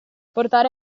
portare